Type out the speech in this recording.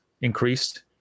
increased